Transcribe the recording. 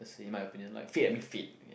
as in my opinion like fit and being fit